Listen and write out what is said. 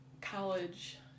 college